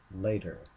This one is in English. later